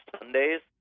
Sundays